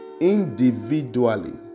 individually